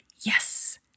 Yes